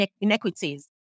inequities